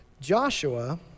Joshua